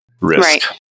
risk